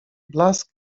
blask